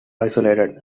isolated